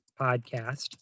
podcast